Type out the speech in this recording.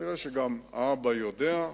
נראה שגם האבא יודע,